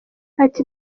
ati